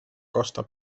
costa